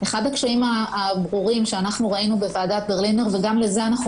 אחד הקשיים הברורים שאנחנו ראינו בוועדת ברלינר וגם לזה אנחנו